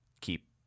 keep